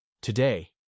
Today